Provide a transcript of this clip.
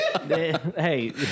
Hey